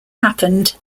happened